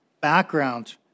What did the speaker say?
background